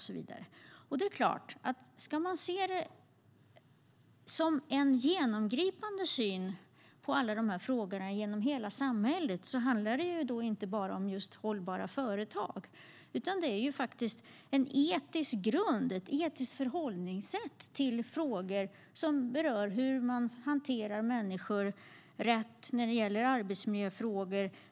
Ska man ha en genomgående syn på alla de här frågorna i hela samhället handlar det självklart inte bara om hållbara företag, utan det behövs en etisk grund, ett etiskt förhållningssätt till frågor som berör hur man hanterar människor rätt, till exempel när det gäller arbetsmiljöfrågor.